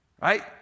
right